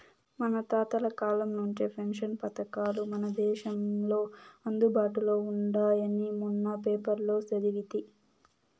మన తాతల కాలం నుంచే పెన్షన్ పథకాలు మన దేశంలో అందుబాటులో ఉండాయని మొన్న పేపర్లో సదివితి